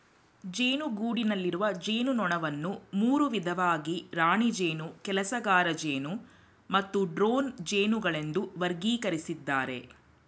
ಜೇನುಗೂಡಿನಲ್ಲಿರುವ ಜೇನುನೊಣವನ್ನು ಮೂರು ವಿಧವಾಗಿ ರಾಣಿ ಜೇನು ಕೆಲಸಗಾರಜೇನು ಮತ್ತು ಡ್ರೋನ್ ಜೇನುಗಳೆಂದು ವರ್ಗಕರಿಸಿದ್ದಾರೆ